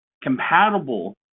compatible